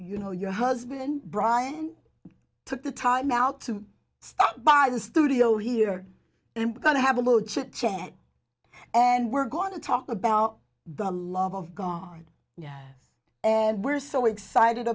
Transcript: you know your husband brian took the time out to buy the studio here and we're going to have a little chit chat and we're going to talk about the love of god and we're so excited